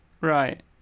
Right